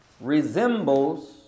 resembles